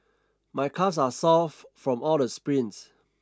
my calves are soft from all the sprints